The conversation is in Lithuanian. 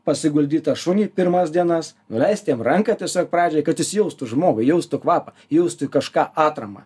pasiguldyt tą šunį pirmas dienas nuleisti jam ranką tiesiog pradžiai kad jis jaustų žmogų jaustų kvapą jaustų į kažką atramą